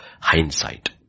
hindsight